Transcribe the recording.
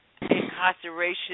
incarceration